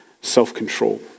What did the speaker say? self-control